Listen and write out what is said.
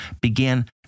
began